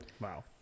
Wow